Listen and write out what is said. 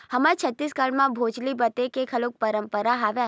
हमर छत्तीसगढ़ म भोजली बदे के घलोक परंपरा हवय